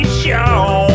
show